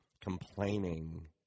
complaining